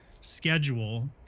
schedule